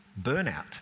burnout